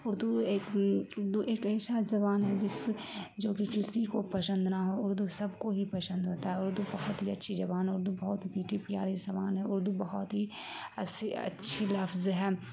اردو ایک اردو ایک ایسا زبان ہے جس جوکہ کسی کو پسند نہ ہو اردو سب کو ہی پسند ہوتا ہے اردو بہت ہی اچھی زبان ہے اردو بہت ہی میٹھی پیاری زبان ہے اردو بہت ہی اسّی اچھی لفظ ہے